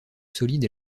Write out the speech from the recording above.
solide